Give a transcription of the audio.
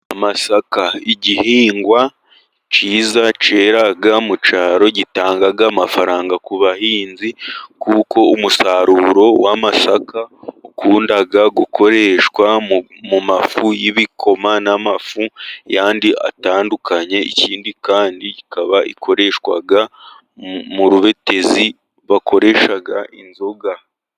Amasaka igihingwa cyiza, kera mu cyaro gitanga amafaranga ku bahinzi, kuko umusaruro w'amasaka ukunda gukoreshwa mu mafu y'ibikoma n'amafu yandi atandukanye, ikindi kandi ikaba ikoreshwa mu rubetezi bakoresha inzoga.